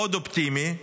מאוד אופטימי.